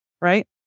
right